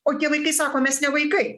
o tie vaikai sako mes ne vaikai